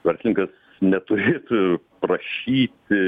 verslininkas neturėtų prašyti